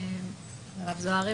אני עובד עם המרכז הזה בשיתוף פעולה